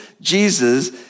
Jesus